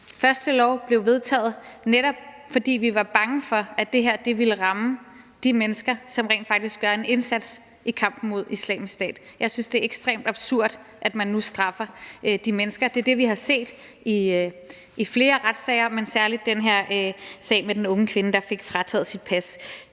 første lov blev vedtaget, netop fordi vi var bange for, at det her ville ramme de mennesker, som rent faktisk gør en indsats i kampen mod Islamisk Stat. Jeg synes, det er ekstremt absurd, at man nu straffer de mennesker. Det er det, vi har set i flere retssager, men særlig i den her sag med den unge kvinde, der fik frataget sit pas.